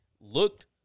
Looked